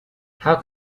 how